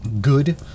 good